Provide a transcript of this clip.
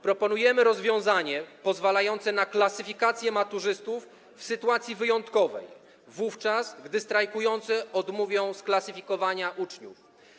Proponujemy rozwiązanie pozwalające na klasyfikację maturzystów w sytuacji wyjątkowej, wówczas gdy strajkujący odmówią sklasyfikowania uczniów.